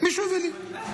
מישהו הביא לי.